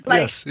yes